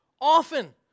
often